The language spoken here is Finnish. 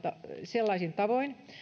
sellaisin tavoin